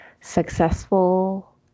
successful